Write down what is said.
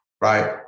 Right